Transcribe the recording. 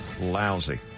Lousy